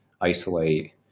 isolate